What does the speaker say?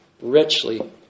richly